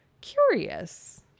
curious